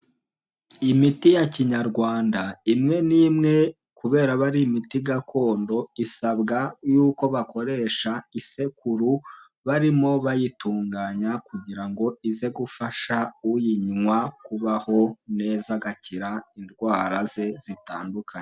Imiti ya Kinyarwanda imwe n'imwe kubera bari imiti gakondo, isabwa y'uko bakoresha isekuru barimo bayitunganya, kugira ngo ize gufasha uyinywa kubaho neza agakira indwara ze zitandukanye.